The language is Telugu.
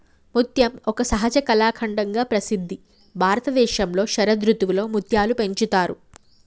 ముత్యం ఒక సహజ కళాఖండంగా ప్రసిద్ధి భారతదేశంలో శరదృతువులో ముత్యాలు పెంచుతారు